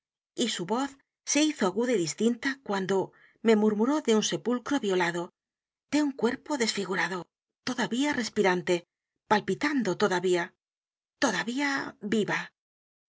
y su voz se hizo aguda y distinta cuando me m u r m u r ó de un sepulcro violado de un cuerpo desfigurado todavía r e s pirante palpitando todavía todavía viva